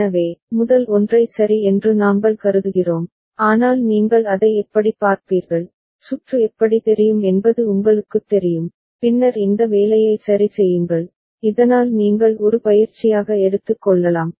எனவே முதல் ஒன்றை சரி என்று நாங்கள் கருதுகிறோம் ஆனால் நீங்கள் அதை எப்படிப் பார்ப்பீர்கள் சுற்று எப்படித் தெரியும் என்பது உங்களுக்குத் தெரியும் பின்னர் இந்த வேலையை சரி செய்யுங்கள் இதனால் நீங்கள் ஒரு பயிற்சியாக எடுத்துக் கொள்ளலாம்